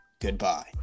goodbye